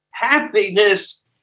Happiness